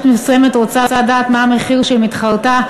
מסוימת רוצה לדעת מה המחיר של מתחרתה,